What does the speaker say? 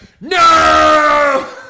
no